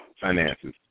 finances